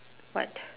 what